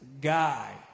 guy